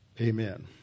Amen